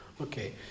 Okay